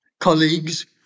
colleagues